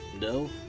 no